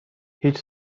هیچ